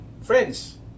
friends